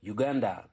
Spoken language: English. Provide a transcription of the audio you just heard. Uganda